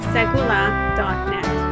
Segula.net